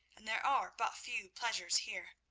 and there are but few pleasures here,